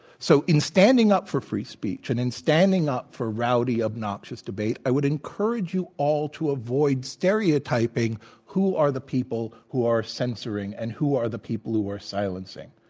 so, in standing up for free speech, and standing up for rowdy, obnoxious debate, i would encourage you all to avoid stereotyping who are the people who are censoring and who are the people who are silencing.